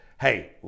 hey